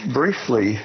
briefly